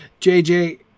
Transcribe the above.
JJ